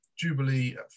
Jubilee